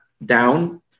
down